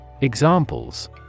Examples